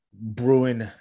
brewing